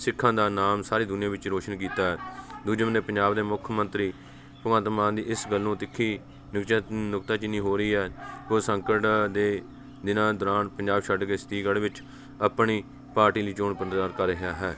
ਸਿੱਖਾਂ ਦਾ ਨਾਮ ਸਾਰੀ ਦੁਨੀਆ ਵਿੱਚ ਰੋਸ਼ਨ ਕੀਤਾ ਦੂਜੇ ਬੰਨੇ ਪੰਜਾਬ ਦੇ ਮੁੱਖ ਮੰਤਰੀ ਭਗਵੰਤ ਮਾਨ ਦੀ ਇਸ ਗੱਲ ਨੂੰ ਤਿੱਖੀ ਨੁਕਚਾ ਨੁਕਤਾਚੀਨੀ ਹੋ ਰਹੀ ਹੈ ਉਹ ਸੰਕਟ ਦੇ ਦਿਨਾਂ ਦੌਰਾਨ ਪੰਜਾਬ ਛੱਡ ਕੇ ਸਤੀਗੜ੍ਹ ਵਿੱਚ ਆਪਣੀ ਪਾਰਟੀ ਲਈ ਚੋਣ ਪ੍ਰਚਾਰ ਕਰ ਰਿਹਾ ਹੈ